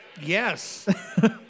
Yes